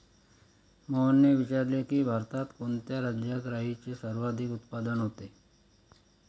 मोहनने विचारले की, भारतात कोणत्या राज्यात राईचे सर्वाधिक उत्पादन होते?